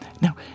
Now